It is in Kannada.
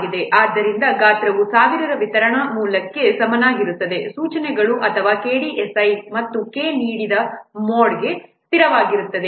ಆದ್ದರಿಂದ ಗಾತ್ರವು 1000 ರ ವಿತರಣಾ ಮೂಲಕ್ಕೆ ಸಮನಾಗಿರುತ್ತದೆ ಸೂಚನೆಗಳು ಅಥವಾ KDSI ಮತ್ತು k ನೀಡಿದ ಮೋಡ್ಗೆ ಸ್ಥಿರವಾಗಿರುತ್ತದೆ